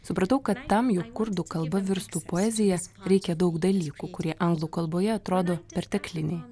supratau kad tam jog kurdų kalba virstų poezija reikia daug dalykų kurie anglų kalboje atrodo pertekliniai